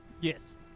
Yes